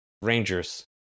Rangers